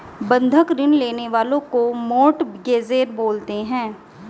बंधक ऋण लेने वाले को मोर्टगेजेर बोलते हैं